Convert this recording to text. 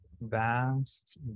vast